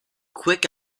quick